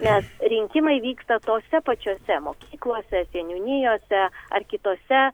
nes rinkimai vyksta tose pačiose mokyklose seniūnijose ar kitose